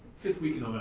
fifth week in um ah